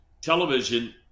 Television